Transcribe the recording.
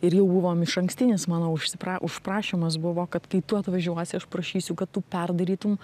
ir jau buvom išankstinis mano užsipra užprašymas buvo kad kai tu atvažiuosi aš prašysiu kad tu perdarytum